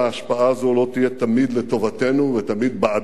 השפעה זו לא תהיה תמיד לטובתנו ותמיד בעדנו.